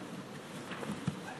פרס,